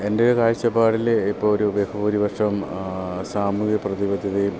എൻ്റെ കാഴ്ചപ്പാടിൽ ഇപ്പോൾ ഒരു ബഹുഭൂരിപക്ഷം സാമൂഹ്യ പ്രതിപധ്യതയും